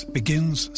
begins